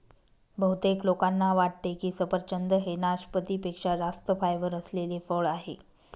बहुतेक लोकांना वाटते की सफरचंद हे नाशपाती पेक्षा जास्त फायबर असलेले फळ आहे